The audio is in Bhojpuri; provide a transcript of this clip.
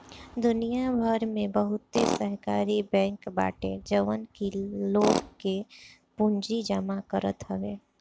दुनिया भर में बहुते सहकारी बैंक बाटे जवन की लोग के पूंजी जमा करत हवे